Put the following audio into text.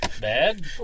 bad